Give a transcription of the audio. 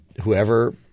Whoever